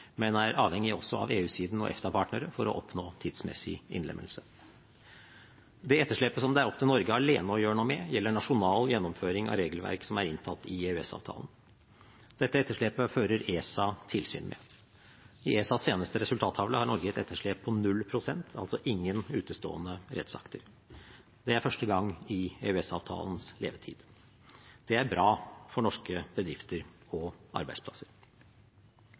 men er avhengig også av EU-siden og EFTA-partnere for å oppnå tidsmessig innlemmelse. Det etterslepet som det er opp til Norge alene å gjøre noe med, gjelder nasjonal gjennomføring av regelverk som er inntatt i EØS-avtalen. Dette etterslepet fører ESA tilsyn med. I ESAs seneste resultattavle har Norge et etterslep på 0 pst., altså ingen utestående rettsakter. Det er første gang i EØS-avtalens levetid. Det er bra for norske bedrifter og arbeidsplasser.